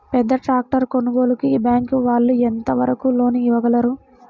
పెద్ద ట్రాక్టర్ కొనుగోలుకి బ్యాంకు వాళ్ళు ఎంత వరకు లోన్ ఇవ్వగలరు?